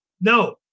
No